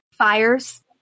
fires